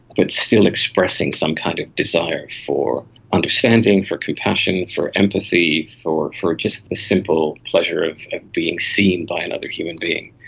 but still expressing some kind of desire for understanding, for compassion, for empathy, for for just the simple pleasure of being seen by another human being.